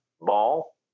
ball